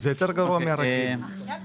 אני מבקשת